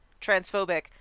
transphobic